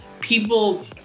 people